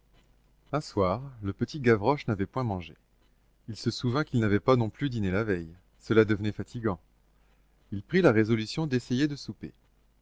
un soir le petit gavroche n'avait point mangé il se souvint qu'il n'avait pas non plus dîné la veille cela devenait fatigant il prit la résolution d'essayer de souper